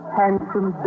handsome